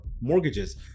mortgages